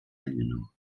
eingenommen